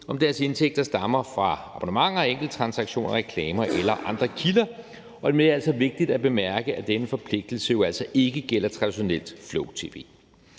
om deres indtægter stammer fra abonnementer og enkeltransaktioner, reklamer eller andre kilder, og det er altså vigtigt at bemærke, at denne forpligtelse altså ikke gælder traditionelt flow-tv.